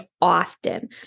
often